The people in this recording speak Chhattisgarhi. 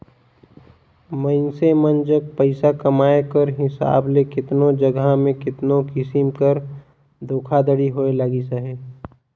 मइनसे मन जग पइसा कमाए कर हिसाब ले केतनो जगहा में केतनो किसिम कर धोखाघड़ी होए लगिस अहे